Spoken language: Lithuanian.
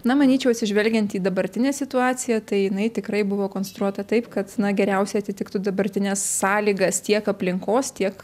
na manyčiau atsižvelgiant į dabartinę situaciją tai jinai tikrai buvo konstruota taip kad na geriausiai atitiktų dabartines sąlygas tiek aplinkos tiek